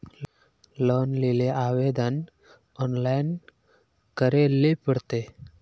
Loan लेले आवेदन online करे ले पड़ते?